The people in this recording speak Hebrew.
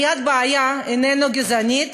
העלאת הבעיה איננה גזענית,